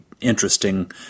interesting